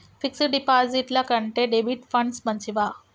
Fix డ్ డిపాజిట్ల కంటే డెబిట్ ఫండ్స్ మంచివా?